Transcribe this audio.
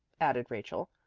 added rachel.